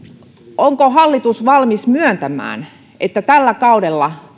onko hallitus valmis myöntämään että tällä kaudella